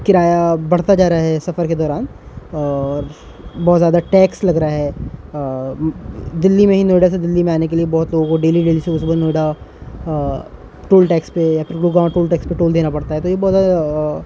کرایہ بڑھتا جا رہا ہے سفر کے دوران اور بہت زیادہ ٹیکس لگ رہا ہے دہلی میں ہی نوئیڈا سے دہلی میں آنے کے لیے بہت لوگوں کو ڈیلی ڈیلی سے صبح نوئیڈا ٹول ٹیکس پہ یا پھر گڑگاؤں ٹول ٹیکس پہ ٹول دینا پڑتا ہے تو یہ بہت زیادہ